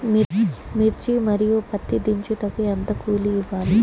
మిర్చి మరియు పత్తి దించుటకు ఎంత కూలి ఇవ్వాలి?